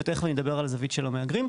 ותכף אני אדבר על הזווית של המהגרים.